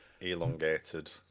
Elongated